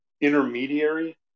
intermediary